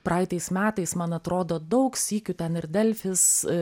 praeitais metais man atrodo daug sykių ten ir delfis